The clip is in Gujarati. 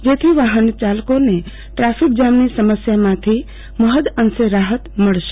જેથી વાહન ચાલકોને ટ્રાફિક જામની સમસ્યામાંથી મહદઅંશે રાહત થશે